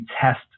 test